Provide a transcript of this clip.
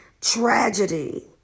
tragedy